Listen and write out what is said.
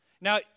Now